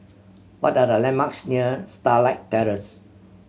what are the landmarks near Starlight Terrace